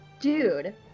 Dude